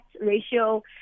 ratio